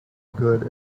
good